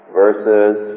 verses